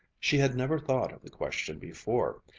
she had never thought of the question before.